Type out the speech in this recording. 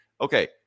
okay